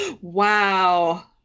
Wow